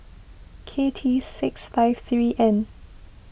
K T six five three N